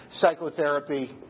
psychotherapy